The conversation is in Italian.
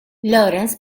lawrence